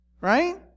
Right